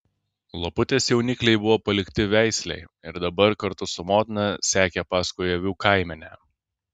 laputės jaunikliai buvo palikti veislei ir dabar kartu su motina sekė paskui avių kaimenę